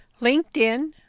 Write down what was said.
LinkedIn